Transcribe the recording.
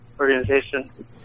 organization